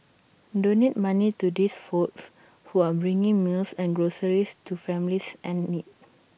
donate money to these folks who are bringing meals and groceries to families in need